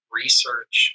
research